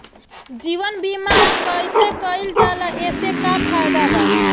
जीवन बीमा कैसे कईल जाला एसे का फायदा बा?